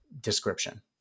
description